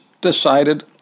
decided